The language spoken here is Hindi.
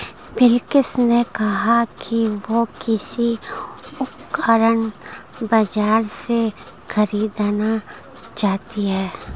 बिलकिश ने कहा कि वह कृषि उपकरण बाजार से खरीदना चाहती है